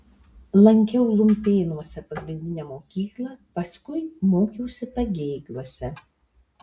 lankiau lumpėnuose pagrindinę mokyklą paskui mokiausi pagėgiuose